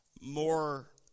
more